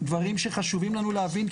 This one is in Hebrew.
דברים שחשובים לנו להבין.